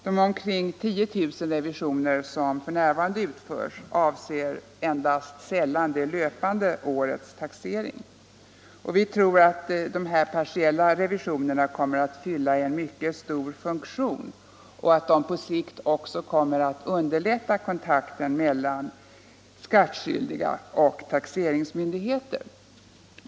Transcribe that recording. De omkring 10 000 revisioner som f. n. utförs avser endast sällan det löpande årets taxering. Vi tror att dessa partiella revisioner kommer att fylla en mycket stor funktion och att det på sikt också kommer att underlätta kontakten mellan skattskyldiga och taxeringsmyndigheter.